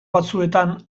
batzuetan